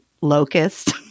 locust